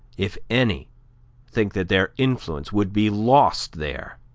if any think that their influence would be lost there,